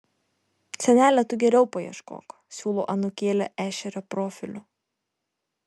senele tu geriau paieškok siūlo anūkėlė ešerio profiliu